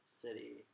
city